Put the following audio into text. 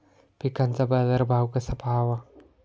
पिकांचा बाजार भाव कसा पहावा?